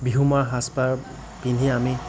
বিহু মৰা সাজপাৰ পিন্ধি আমি